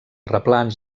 replans